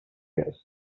guests